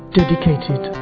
dedicated